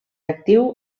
actiu